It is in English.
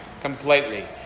completely